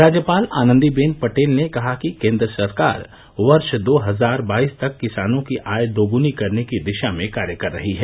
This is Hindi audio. राज्यपाल आनंदीबेन पटेल ने कहा कि केंद्र सरकार वर्ष दो हजार बाईस तक किसानों की आय दोग्नी करने की दिशा में कार्य कर रही है